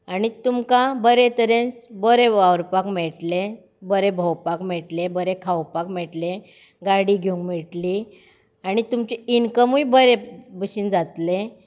आनी तुमकां बरे तरेन बरें वावुरपाक मेळटलें बरें भोंवपाक मेळटलें बरें खावपाक मेळटलें गाडी घेवंक मेळटली आनी तुमचें इनकमूय बरें भशीन जातलें